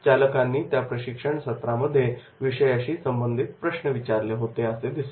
चालकांनी त्या प्रशिक्षण सत्रामध्ये विषयाशी संबंधित प्रश्न विचारले होते असे दिसले